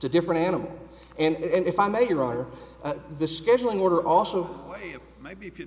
to different animals and if i may be right or the scheduling order also way maybe if you